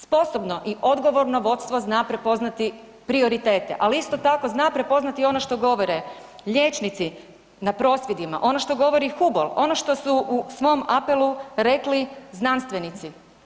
Sposobno i odgovorno vodstvo zna prepoznati prioritete, ali isto tako zna prepoznati ono što govore liječnici na prosvjedima, ono što govori HUBOL, ono što su u svom apelu rekli znanstvenici.